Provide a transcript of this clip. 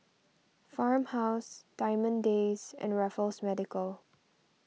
Farmhouse Diamond Days and Raffles Medical